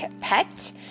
Pet